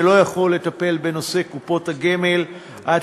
ואינו יכול לטפל בנושא קופות הגמל עד